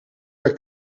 per